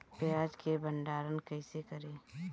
प्याज के भंडारन कईसे करी?